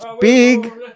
big